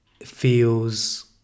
feels